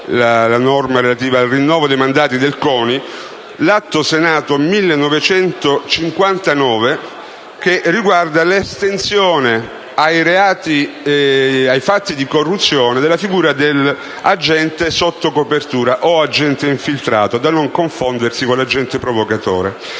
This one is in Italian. quello relativo al rinnovo dei mandati degli organi CONI, l'Atto Senato 1959, che riguarda l'estensione ai fatti di corruzione della figura dell'agente sotto copertura o agente infiltrato, da non confondersi con l'agente provocatore.